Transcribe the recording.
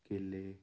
ਕੇਲੇ